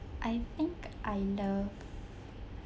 I think I love